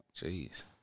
Jeez